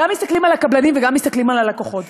גם מסתכלים על הקבלנים וגם מסתכלים על הלקוחות,